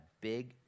big